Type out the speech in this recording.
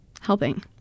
helping